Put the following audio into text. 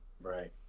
Right